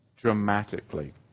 dramatically